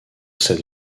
cette